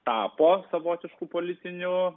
tapo savotišku politinių